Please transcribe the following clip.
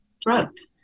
drugged